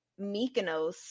Mykonos